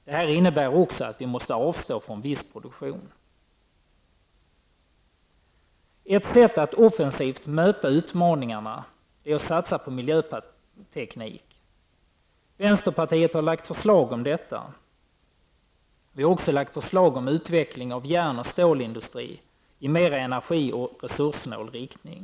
Det innebär också att vi måste avstå från viss produktion. Ett sätt att offensivt möta utmaningarna är att satsa på miljöteknik. Vänsterpartiet har lagt fram förslag om detta. Vi har också lagt fram förslag om utveckling av järn och stålindustri i mera energioch resurssnål riktning.